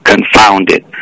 confounded